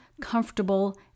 comfortable